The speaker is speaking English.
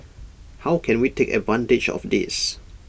how can we take advantage of this